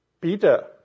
Peter